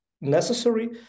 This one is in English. necessary